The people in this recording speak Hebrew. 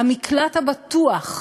המקלט הבטוח,